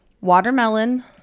watermelon